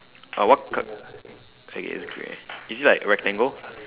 uh what col~ okay it's grey is it like rectangle